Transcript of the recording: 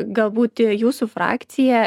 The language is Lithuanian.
galbūt jūsų frakcija